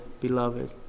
beloved